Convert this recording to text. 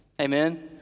Amen